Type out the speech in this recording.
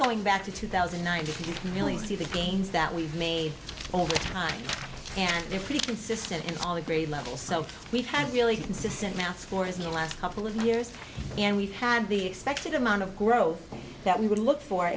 going back to two thousand nine hundred you can really see the gains that we've made over time and they're pretty consistent in all the grade level so we've had really consistent math scores in the last couple of years and we've had the expected amount of growth that we would look for